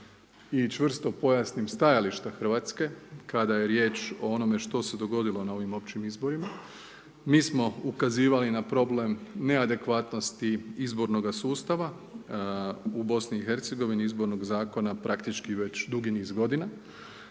i čvrsto pojasnim stajališta Hrvatske kada je riječ o onome što se dogodilo na ovim općim izborima. Mi smo ukazivali na problem neadekvatnosti izbornoga sustava u BiH-a, Izbornog zakona praktički već dugi niz godina.